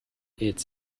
its